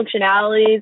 functionalities